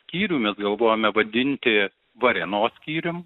skyrių mes galvojame vadinti varėnos skyrium